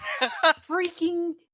Freaking